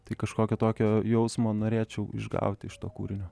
tai kažkokio tokio jausmo norėčiau išgauti iš to kūrinio